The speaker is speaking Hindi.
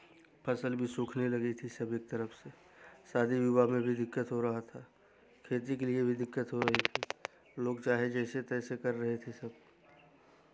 फसल भी सूखने लगी थी सब एक तरफ़ से शादी विवाह में भी दिक्कत हो रहा था खेती के लिए भी दिक्कत हो रही थी लोग चाहे जैसे तैसे कर रहे थे सब